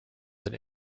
that